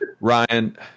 Ryan